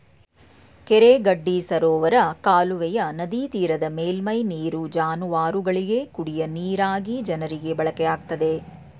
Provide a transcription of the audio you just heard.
ಕೆರೆ ಗಡ್ಡಿ ಸರೋವರ ಕಾಲುವೆಯ ನದಿತೀರದ ಮೇಲ್ಮೈ ನೀರು ಜಾನುವಾರುಗಳಿಗೆ, ಕುಡಿಯ ನೀರಾಗಿ ಜನರಿಗೆ ಬಳಕೆಯಾಗುತ್ತದೆ